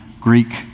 Greek